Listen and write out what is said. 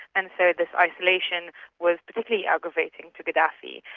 and so this isolation was particularly aggravating for gaddafi,